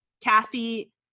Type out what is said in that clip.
Kathy